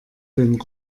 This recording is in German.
den